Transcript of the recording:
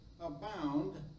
abound